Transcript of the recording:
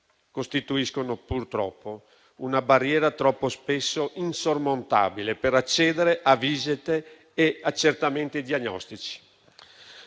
costituiscono purtroppo una barriera troppo spesso insormontabile per accedere a visite e accertamenti diagnostici: